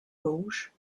gauche